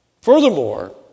Furthermore